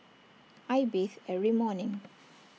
I bathe every morning